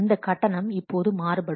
இந்த கட்டணம் இப்போது மாறுபடும்